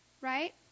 Right